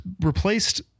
replaced